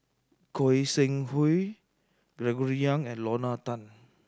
Goi Seng Hui Gregory Yong and Lorna Tan